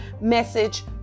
message